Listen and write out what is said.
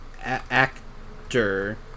actor